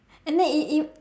and then it it